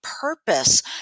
purpose